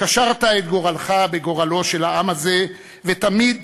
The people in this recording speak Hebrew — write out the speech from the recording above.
קשרת את גורלך בגורלו של העם הזה, ותמיד